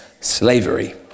slavery